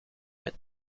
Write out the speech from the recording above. met